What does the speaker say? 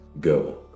go